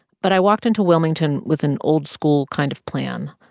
but i walked into wilmington with an old-school kind of plan.